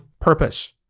purpose